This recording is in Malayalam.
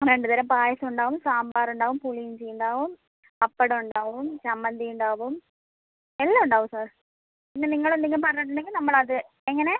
രണ്ടുതരം പായസം ഉണ്ടാവും സാമ്പാർ ഉണ്ടാവും പുളിയിഞ്ചി ഉണ്ടാവും പപ്പടം ഉണ്ടാവും ചമ്മന്തി ഉണ്ടാവും എല്ലാം ഉണ്ടാവും സാർ പിന്നെ നിങ്ങൾ എന്തെങ്കിലും പറഞ്ഞിട്ടുണ്ടെങ്കിൽ നമ്മൾ അത് എങ്ങനെ